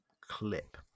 clip